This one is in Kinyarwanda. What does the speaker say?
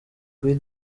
kuri